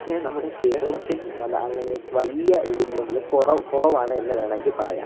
പക്ഷെ നമ്മുടെ കേരളത്തിൽ അങ്ങനെ വലിയ ഇതില്ലെങ്കിലും കൊ കുറവാണ് എന്നു വേണമെങ്കിൽ പറയാം